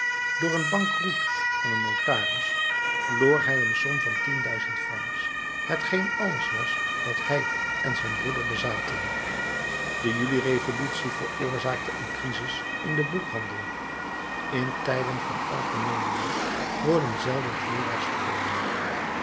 door een bankroet van een notaris verloor hij een som van tien duizend francs hetgeen alles was wat hij en zijn broeder bezaten de juli-revolutie veroorzaakte een crisis in den boekhandel in tijden van algemeenen nood worden zelden floras verkocht